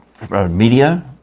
Media